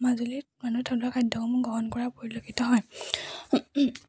মাজুলীত মানুহে থলুৱা খাদ্যসমূহ গ্ৰহণ কৰা পৰিলক্ষিত হয়